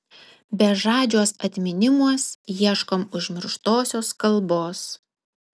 bežadžiuos atminimuos ieškom užmirštosios kalbos